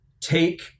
take